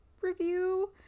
review